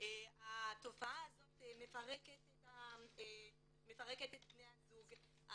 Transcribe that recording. התופעה הזאת מפרקת את בני הזוג,